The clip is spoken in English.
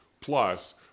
Plus